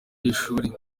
y’ishuri